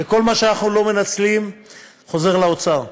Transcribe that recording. וכל מה שאנחנו לא מנצלים חוזר לאוצר.